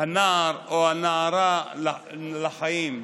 הנער או הנערה לחיים,